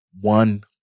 one